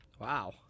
Wow